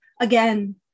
again